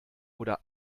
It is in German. oder